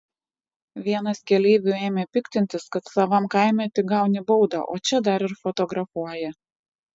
vienas keleivių ėmė piktintis kad savam kaime tik gauni baudą o čia dar ir fotografuoja